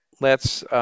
lets